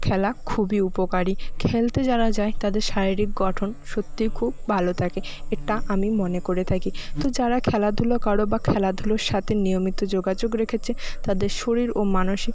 খেলা খুবই উপকারী খেলতে যারা যায় তাদের শারীরিক গঠন সত্যিই খুব ভালো থাকে এটা আমি মনে করে থাকি তো যারা খেলাধুলো করো বা খেলাধুলোর সাথে নিয়মিত যোগাযোগ রেখেছে তাদের শরীর ও মানসিক